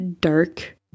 dark